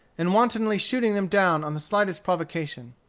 and wantonly shooting them down on the slightest provocation.